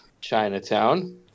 Chinatown